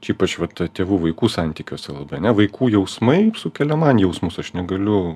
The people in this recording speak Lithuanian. čia ypač vat tėvų vaikų santykiuose labai ne vaikų jausmai sukelia man jausmus aš negaliu